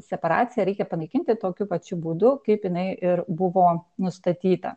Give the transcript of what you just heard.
separaciją reikia panaikinti tokiu pačiu būdu kaip jinai ir buvo nustatyta